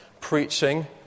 preaching